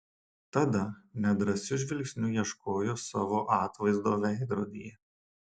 tada nedrąsiu žvilgsniu ieškojo savo atvaizdo veidrodyje